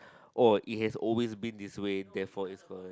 oh it has always been this way therefore it's correct